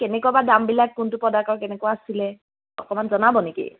কেনেকুৱা বা দামবিলাক কোনটো প্ৰডাক্টৰ কেনেকুৱা আছিলে অকণমান জনাব নেকি